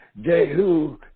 Jehu